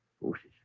forces